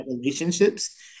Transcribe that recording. relationships